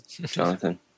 Jonathan